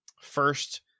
first